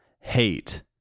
hate